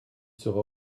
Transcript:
sera